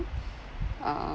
uh